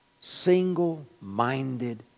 Single-minded